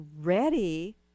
ready